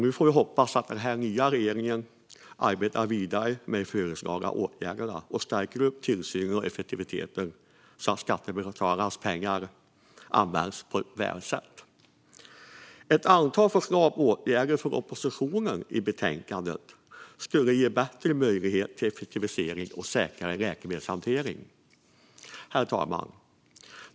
Nu får vi hoppas att den nya regeringen arbetar vidare med föreslagna åtgärder och stärker upp tillsynen och effektiviteten så att skattebetalarnas pengar används väl. Ett antal förslag på åtgärder från oppositionen i betänkandet skulle ge bättre möjlighet till effektivisering och säkrare läkemedelshantering, herr talman.